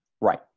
Right